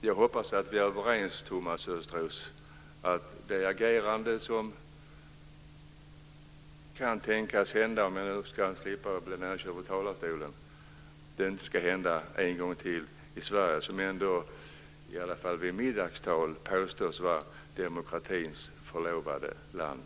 Jag hoppas att vi är överens, Thomas Östros, om att detta inte ska hända en gång till i Sverige, som ju åtminstone i middagstal brukar påstås vara demokratins förlovade land.